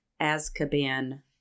Azkaban